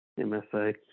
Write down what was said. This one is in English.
MSA